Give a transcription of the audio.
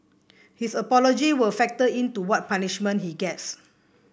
his apology will factor in to what punishment he gets